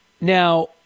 Now